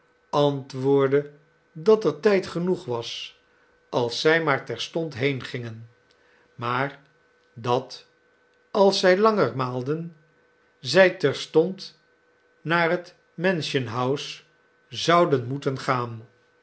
antwoordde dat er tijd genoeg was als zij maar terstond heengingen maar dat als zij langer maalden zij terstond naar het mansion-house zouden moeten gaan